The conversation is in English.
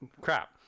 crap